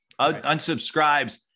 Unsubscribes